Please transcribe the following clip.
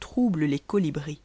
trouble les cotibris